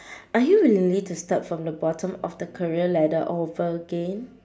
are you willingly to start from the bottom of the career ladder all over again